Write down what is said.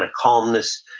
ah calmness,